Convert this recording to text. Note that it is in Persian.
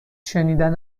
شنیدن